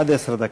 עד עשר דקות.